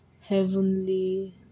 heavenly